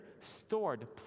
stored